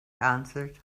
answered